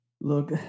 Look